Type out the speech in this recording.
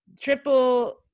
triple